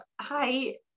hi